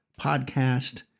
podcast